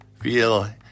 feel